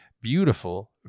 beautiful